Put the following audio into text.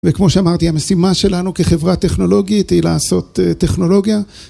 וכמו שאמרתי המשימה שלנו כחברה טכנולוגית היא לעשות טכנולוגיה.